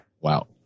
Wow